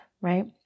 right